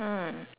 mm